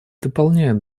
дополняют